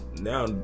Now